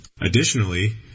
Additionally